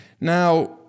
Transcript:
Now